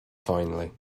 finally